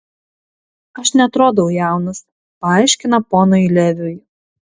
aš neatrodau jaunas paaiškina ponui leviui